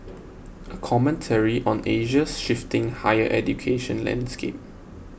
a commentary on Asia's shifting higher education landscape